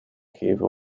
geven